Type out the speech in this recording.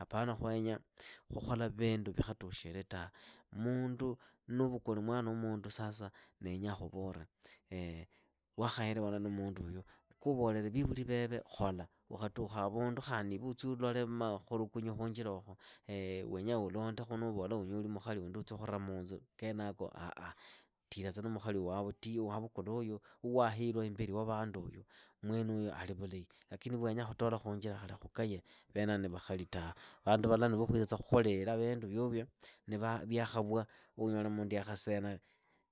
Apana khwenya khukhola vindu vikhatukhile tawe, mundu nuuvukule mwana wa mundu sasa ndenya khuvole waakhaelewana na muunduyu. kuuvolele vivuri veve khola. Ukhatukha havundu khandi iwe utsi ulole makhukukunyo khuunjiraokho wenyaa ulondekhu nuuvola unyoli mukhali wundi utsi khura munzu, kenako ah, tila na mukhali wa wavukulauyu, wa waherwa imbeli wa vanduuyu, mwenuyu ali vulahi, lakini va wenyi khutola khunjiraava lekha khukaye, venava ni vakhali tawe. Vandu vala ni va khuitsatsa khuliila vindu vyovyo, ni vyakhawa unyole mundu yakhasiena